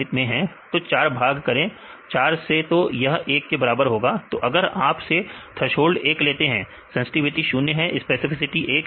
तो 4 भाग करें 4 से तो यह 1 के बराबर होगा तो अगर आप से थ्रेसोल्ड 1 लेते हैं सेंसटिविटी 0 है स्पेसिफिसिटी 1 है